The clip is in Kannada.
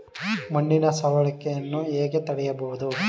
ಮಣ್ಣಿನ ಸವಕಳಿಯನ್ನು ಹೇಗೆ ತಡೆಯಬಹುದು?